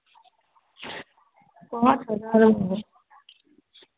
पाँच हजारमे